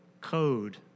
code